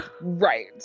right